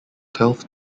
twelve